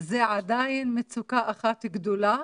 זה עדיין מצוקה אחת גדולה.